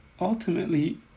ultimately